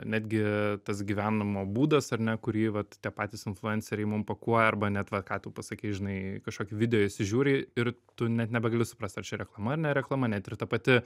netgi tas gyvenimo būdas ar ne kurį vat tie patys influenceriai mum pakuoja arba net va ką tu pasakei žinai kažkokį video įsižiūri ir tu net nebegali suprast ar čia reklama ar ne reklama net ir ta pati